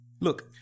Look